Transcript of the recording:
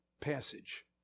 passage